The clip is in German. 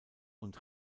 und